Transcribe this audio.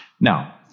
Now